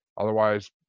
Otherwise